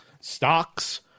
stocks